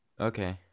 Okay